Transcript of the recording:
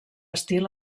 estil